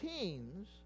teens